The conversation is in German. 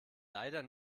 leider